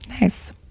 Nice